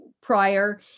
prior